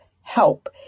help